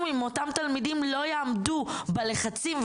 אם אותם תלמידים לא יעמדו בלחצים,